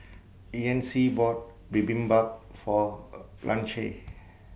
Yancy bought Bibimbap For Blanche